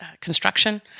construction